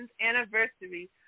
anniversary